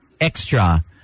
extra